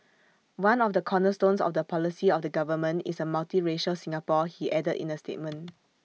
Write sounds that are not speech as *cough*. one of the cornerstones of the policy of the government is A multiracial Singapore he added in A statement *noise*